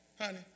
honey